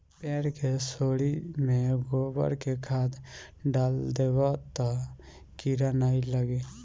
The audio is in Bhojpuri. पेड़ के सोरी में गोबर के खाद डाल देबअ तअ कीरा नाइ लागी